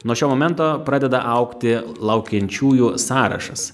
nuo šio momento pradeda augti laukiančiųjų sąrašas